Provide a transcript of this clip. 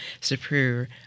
superior